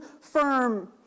firm